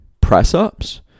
press-ups